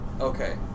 Okay